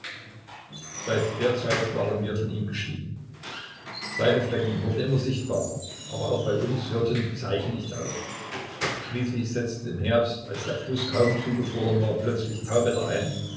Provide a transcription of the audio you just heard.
seit der zeit waren wir von ihm geschieden seine flecken wurden immer sichtbarer aber auch bei uns hörten die zeichen nicht auf schließlich setzte im herbst als der fluß kaum zugefroren war plötzlich tauwetter ein